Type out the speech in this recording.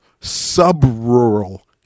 sub-rural